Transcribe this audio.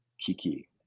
Kiki